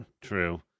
true